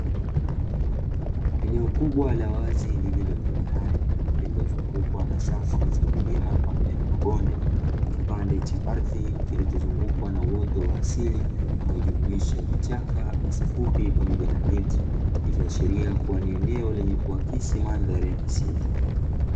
Eneo kubwa la wazi lililotambarare lililozungukwa na safu za milima pamoja na mabonde, ni kipande cha ardhi kilichozungukwa na uoto wa asili unaojumuisha vichaka, nyasi fupi na miti mirefu. Ikiashiria kuwa ni eneo lenye kuakisi mandhari ya misitu.